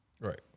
Right